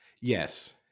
Yes